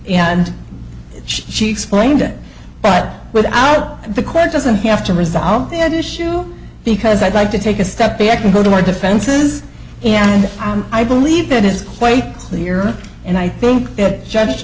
and she explained it but without the court doesn't have to resolve this issue because i'd like to take a step back and go to my defenses and i believe that is quite clear and i think that just